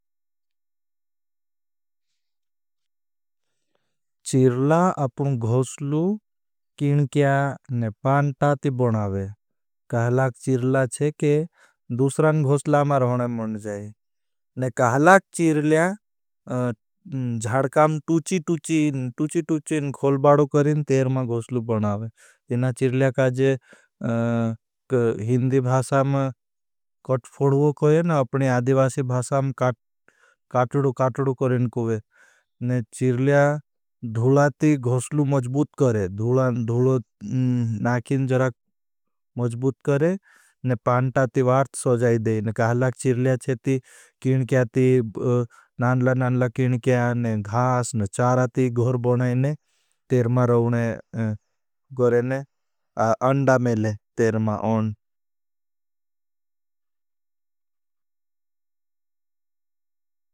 चिरला अपनू घोसलू किन किया ने पांटा ती बनावे। कहलाग चिरला छे के दूसरान घोसला मा रहने मन जाए। ने कहलाग चिरलया जढडकाम टूची टूची न खोलबाड़ो करें तेर मा घोसलू बनावे। आपका अदिवासी भासाम काटडू काटडू करें कूए। ने चिरलया धूला ती घोसलू मजबूत करें ने पांटा ती बनावे। कहलाग चिरलया चे ती नानला नानला किन किया ने घास ने चार ती घोर बनावे। करें तेर मा घोसलू मजबूत करें ने पांटा ती बनावे।